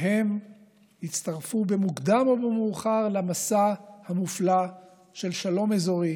והם יצטרפו במוקדם או במאוחר למסע המופלא של שלום אזורי